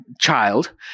child